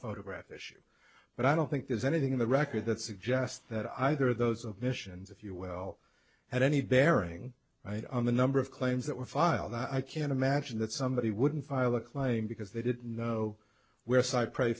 photograph issue but i don't think there's anything in the record that suggests that either of those of missions if you will have any bearing on the number of claims that were filed i can imagine that somebody wouldn't file a claim because they didn't know where